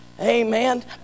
Amen